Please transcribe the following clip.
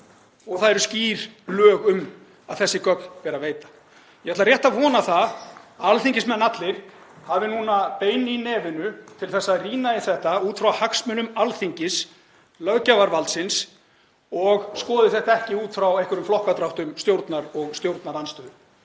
og það eru skýr lög um að þessi gögn beri að veita. Ég ætla rétt að vona að alþingismenn allir hafi núna bein í nefinu til að rýna þetta út frá hagsmunum Alþingis, löggjafarvaldsins, og skoði þetta ekki út frá einhverjum flokkadráttum stjórnar og stjórnarandstöðu.